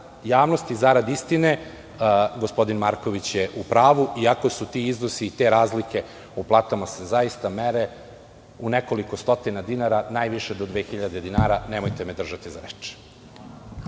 javnosti i zarad istine, gospodin Marković je u pravu, iako se ti iznosi i te razlike u platama se zaista mere u nekoliko stotina dinara, najviše do 2.000 dinara, nemojte me držati za reč.